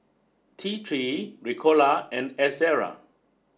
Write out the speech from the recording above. T three Ricola and Ezerra